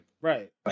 Right